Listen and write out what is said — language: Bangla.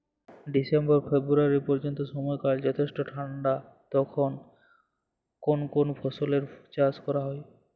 ডিসেম্বর ফেব্রুয়ারি পর্যন্ত সময়কাল যথেষ্ট ঠান্ডা তখন কোন কোন ফসলের চাষ করা হয়?